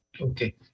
Okay